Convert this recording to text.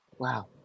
Wow